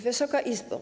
Wysoka Izbo!